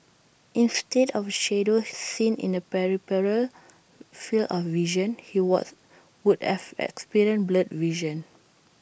instead of A shadow seen in the peripheral field of vision he was would have experienced blurred vision